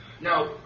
now